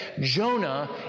Jonah